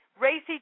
Racy